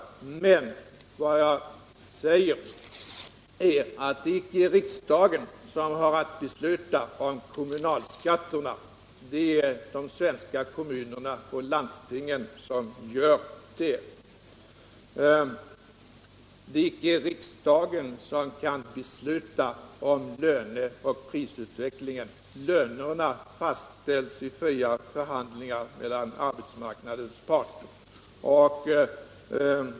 Men vad jag säger är att det icke är riksdagen som har att besluta om kommunalskatten. Det är de svenska kommunerna och landstingen som gör det. Det är icke riksdagen som beslutar om löne och prisutvecklingen. Lönerna fastställs i fria förhandlingar mellan arbetsmarknadens parter.